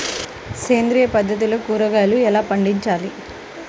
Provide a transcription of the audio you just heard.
సేంద్రియ పద్ధతిలో కూరగాయలు ఎలా పండించాలి?